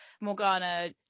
Morgana